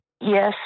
yes